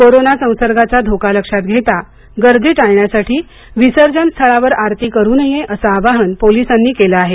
corona संसर्गाचा धोका लक्षात घेता गर्दी टाळण्यासाठी विसर्जन स्थळावर आरती करू नये असं आवाहन पोलिसांनी केलं आहे